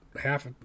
half